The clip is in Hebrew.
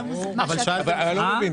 אני לא מבין.